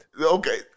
okay